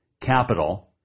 Capital